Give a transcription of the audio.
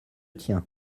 tien